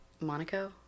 Monaco